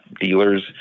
dealers